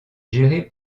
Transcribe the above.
géré